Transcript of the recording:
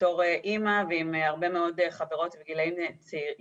בתור אמא ועם הרבה מאוד חברות עם ילדים